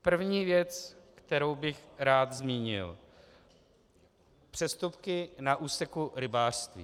První věc, kterou bych rád zmínil, přestupky na úseku rybářství.